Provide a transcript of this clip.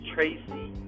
Tracy